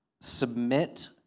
submit